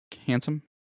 handsome